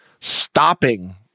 stopping